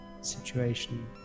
situation